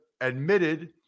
admitted